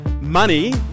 Money